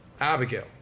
Abigail